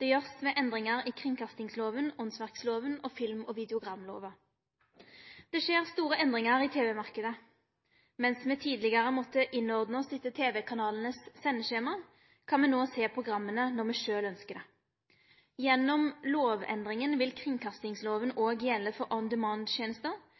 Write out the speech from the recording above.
Det blir gjort ved endringar i kringkastingsloven, åndsverkloven og film- og videogramloven. Det skjer store endringar i tv-marknaden. Mens me tidlegare måtte innordne oss etter tv-kanalane sitt sendeskjema, kan me no sjå programma når me sjølve ønskjer det. Gjennom lovendringa vil kringkastingsloven òg gjelde for